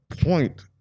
point